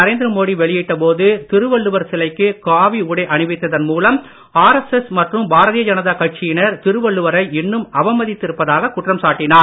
நரேந்திர மோடி வெளியிட்ட போது திருவள்ளுவர் சிலைக்கு காவி உடை அணிவித்ததன் மூலம் ஆர்எஸ்எஸ் மற்றும் பாரதிய ஜனதா கட்சியினர் திருவள்ளுவரை இன்னும் அவமதித்திருப்பதாகக் குற்றம் சாட்டினார்